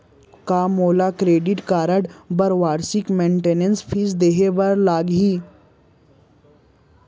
का मोला credit card बर वार्षिक मेंटेनेंस फीस देहे बर लागही?